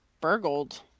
burgled